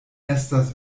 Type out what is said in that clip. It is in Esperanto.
estas